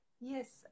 yes